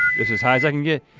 as high as i can get.